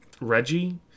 Reggie